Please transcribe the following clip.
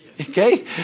okay